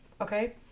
okay